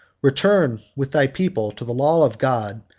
return, with thy people, to the law of god,